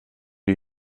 die